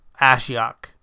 Ashiok